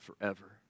forever